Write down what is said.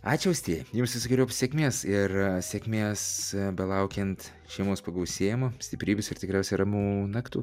ačiū austėja jums visokeriopos sėkmės ir sėkmės belaukiant šeimos pagausėjimo stiprybės ir tikriausiai ramų naktų